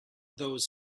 those